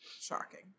shocking